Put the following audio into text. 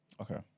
Okay